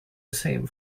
same